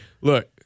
look